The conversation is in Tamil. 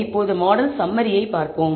இப்போது மாடல் சம்மரியை பார்ப்போம்